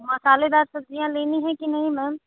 मसालेदार सब्जियाँ लेनी है की नहीं म्याम